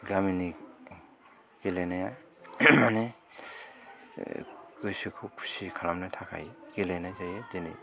गामिनि गेलेनाया माने गोसोखौ खुसि खालामनो थाखाय गेलेनाय जायो दिनै